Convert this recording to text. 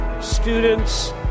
students